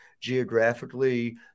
geographically